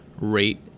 rate